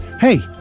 hey